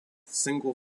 single